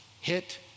hit